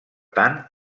tant